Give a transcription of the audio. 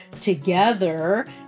together